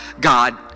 God